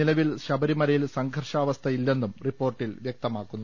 നിലവിൽ ശബരിമലയിൽ സംഘർഷാവസ്ഥയില്ലെന്നും റിപ്പോർ ട്ടിൽ വ്യക്തമാക്കുന്നു